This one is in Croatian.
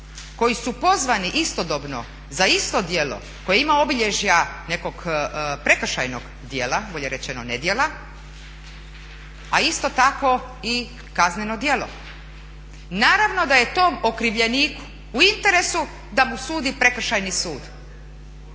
koji su pozvani istodobno za isto djelo koje ima obilježja nekog prekršajnog djela, bolje rečeno nedjela, a isto tako i kazneno djelo, naravno da je tom okrivljeniku u interesu da mu sudi Prekršajni sud.